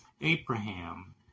Abraham